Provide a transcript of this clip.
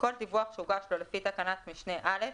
כל דיווח שהוגש לו לפי תקנת משנה (א),